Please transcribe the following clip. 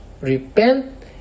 Repent